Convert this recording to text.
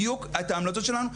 בדיוק את ההמלצות שלנו.